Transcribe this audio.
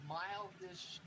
mildish